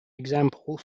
example